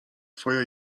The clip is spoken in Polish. twoja